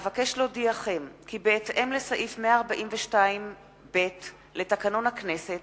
אבקש להודיעכם כי בהתאם לסעיף 142ב לתקנון הכנסת